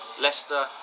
leicester